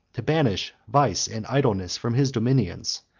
to banish vice and idleness from his dominions,